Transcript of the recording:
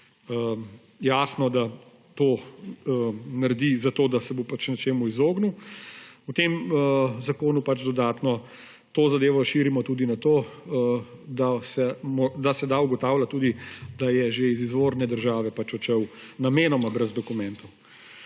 jasno, da to naredi, zato da se bo pač nečemu izognil. Potem v tem zakonu pač dodatno to zadevo širimo tudi na to, da se da ugotavljati tudi, da je že iz izvorne države odšel namenoma brez dokumentov.